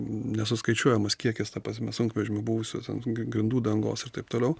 nesuskaičiuojamas kiekis ta prasme sunkvežimių buvusių ten grindų dangos ir taip toliau